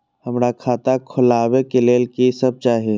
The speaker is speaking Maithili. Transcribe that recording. हमरा खाता खोलावे के लेल की सब चाही?